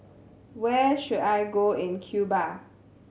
where should I go in Cuba